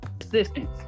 Assistance